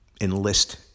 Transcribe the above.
enlist